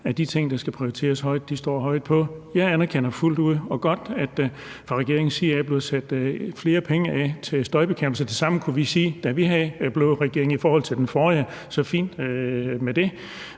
at de ting, der skal prioriteres højt, står højt på listen. Jeg anerkender fuldt ud og godt, at der fra regeringens side er blevet sat flere penge af til støjbekæmpelse. Det samme kunne vi sige, da vi havde den blå regering i forhold til det forrige, så skidt med det.